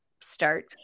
start